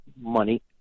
money